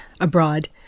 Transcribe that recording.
abroad